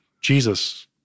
Jesus